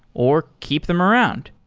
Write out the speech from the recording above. or keep them around.